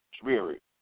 Spirit